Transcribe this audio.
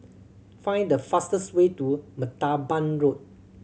find the fastest way to Martaban Road